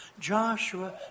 Joshua